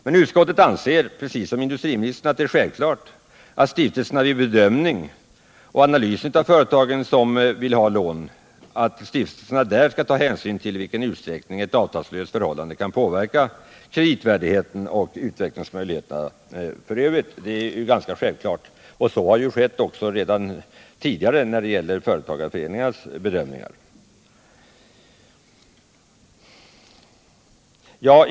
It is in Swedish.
Men utskottsmajoriteten — De mindre och anser liksom industriministern att det är självklart att stiftelserna vid medelstora bedömningen och analysen av de företag som vill ha lån skall ta hänsyn — företagens utvecktill i vilken utsträckning ett avtalslöst förhållande kan påverka kredit — ling, m.m. värdigheten och utvecklingsmöjligheterna. Så har redan tidigare företagarföreningarna gjort.